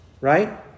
right